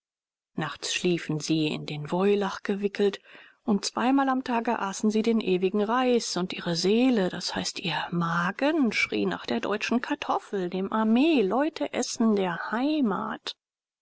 nachts schliefen sie in den woilach gewickelt und zweimal am tage aßen sie den ewigen reis und ihre seele d i ihr magen schrie nach der deutschen kartoffel dem armeleutessen der heimat